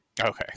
Okay